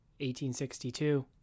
1862